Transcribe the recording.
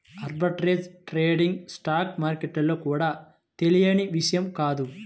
arbitrage trading stock మార్కెట్లలో కూడా తెలియని విషయం కాదు